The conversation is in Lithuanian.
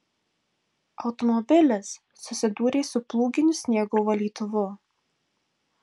automobilis susidūrė su plūginiu sniego valytuvu